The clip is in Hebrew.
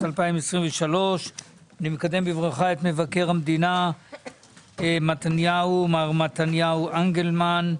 2023. אני מקדם בברכה את מבקר המדינה מר מתניהו אנגלמן.